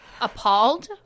appalled